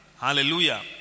Hallelujah